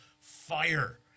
fire